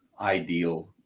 ideal